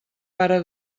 para